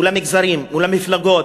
ולמגזרים ולמפלגות,